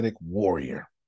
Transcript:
warrior